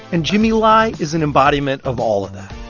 and jimmy lai is an embodiment of all of that.